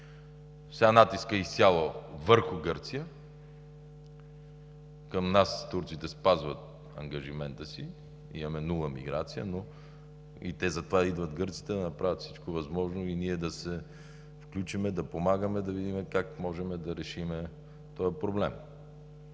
Сега натискът е изцяло върху Гърция. Към нас турците спазват ангажимента си, имаме нула миграция. Затова идват гърците – да направят всичко възможно и ние да се включим да помагаме, да видим как можем да решим този проблем.